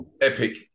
epic